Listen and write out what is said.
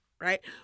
right